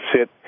sit